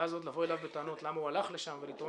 ואז עוד לבוא אליו בטענות למה הוא הלך לשם ולטעון